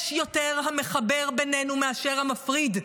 יש יותר המחבר בינינו מאשר המפריד.